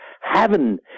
heaven